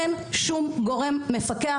אין שום גורם מפקח.